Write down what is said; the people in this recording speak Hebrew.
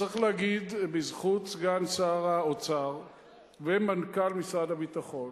צריך להגיד בזכות סגן שר האוצר ומנכ"ל משרד הביטחון,